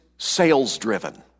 Sales-driven